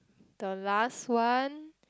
the last one